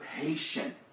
patient